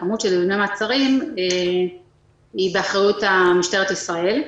כמות דיוני מעצרים היא באחריות משטרת ישראל.